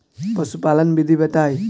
पशुपालन विधि बताई?